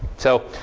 so